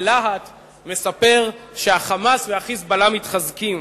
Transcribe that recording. בלהט שה"חמאס" וה"חיזבאללה" מתחזקים.